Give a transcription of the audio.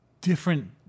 different